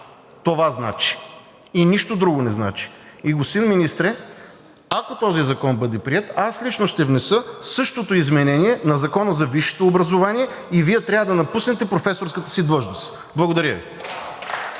Това значи! И нищо друго не значи! Господин Министре, ако този закон бъде приет, аз лично ще внеса същото изменение на Закона за висшето образование и Вие трябва да напуснете професорската си длъжност. Благодаря Ви.